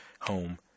home